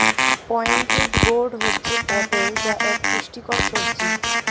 pointed gourd হচ্ছে পটল যা এক পুষ্টিকর সবজি